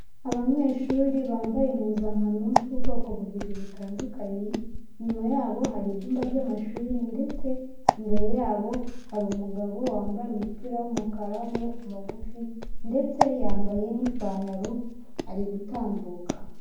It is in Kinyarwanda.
Abanyeshuri bambaye impuzankano z'ubwoko bubiri butandukanye, inyuma yabo hari ibyumba by'amashuri ndetse imbere yabo hari umugabo wambaye umupira w'umukara w'amaboko magufi, ndetse yambaye n'ipantaro ari gutambuka.